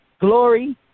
glory